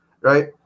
right